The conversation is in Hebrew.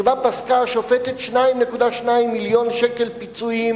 שבה פסקה השופטת 2.2 מיליוני שקלים פיצויים